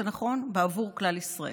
זה נכון בעבור כלל ישראל.